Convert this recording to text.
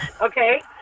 Okay